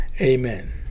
amen